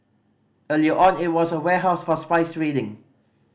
earlier on it was a warehouse for spice trading